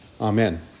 Amen